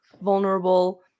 vulnerable